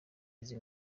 izi